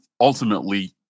ultimately